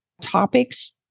topics